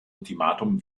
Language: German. ultimatum